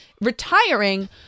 retiring